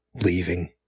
leaving